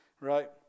right